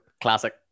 Classic